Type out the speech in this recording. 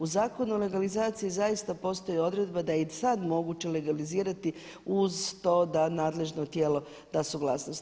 U Zakonu o legalizaciji zaista postoji odredba da je i sad moguće legalizirati uz to da nadležno tijelo da suglasnost.